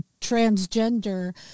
transgender